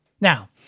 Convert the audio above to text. Now